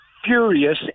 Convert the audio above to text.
Furious